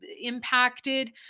impacted